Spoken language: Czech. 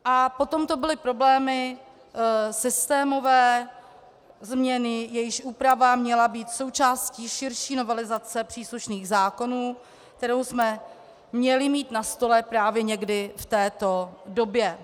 A potom to byly problémy, systémové změny, jejichž úprava měla být součástí širší novelizace příslušných zákonů, kterou jsme měli mít na stole právě někdy v této době.